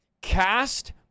Cast